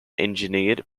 engineered